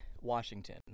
Washington